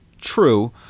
True